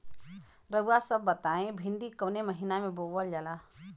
रउआ सभ बताई भिंडी कवने महीना में बोवल जाला?